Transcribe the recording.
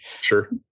sure